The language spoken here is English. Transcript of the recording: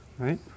Right